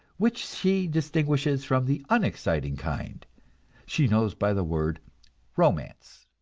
which she distinguishes from the unexciting kind she knows by the word romance.